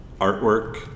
artwork